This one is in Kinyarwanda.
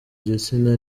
gitsina